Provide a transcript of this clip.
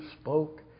spoke